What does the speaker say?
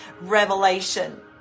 revelation